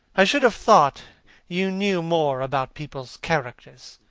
i should have thought you knew more about people's characters.